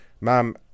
Ma'am